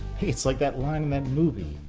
hey it's like that line in that movie.